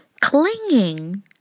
Clinging